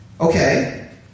Okay